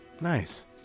Nice